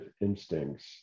instincts